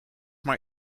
maar